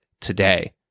today